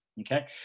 Okay